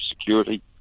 security